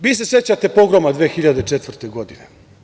Vi se sećate pogroma 2004. godine.